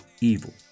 evil